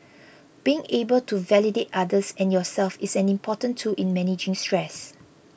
being able to validate others and yourself is an important tool in managing stress